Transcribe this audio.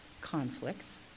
conflicts